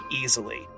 easily